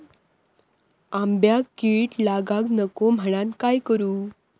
आंब्यक कीड लागाक नको म्हनान काय करू?